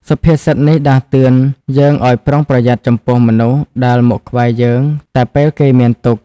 សុភាសិតនេះដាស់តឿនយើងឱ្យប្រុងប្រយ័ត្នចំពោះមនុស្សដែលមកក្បែរយើងតែពេលគេមានទុក្ខ។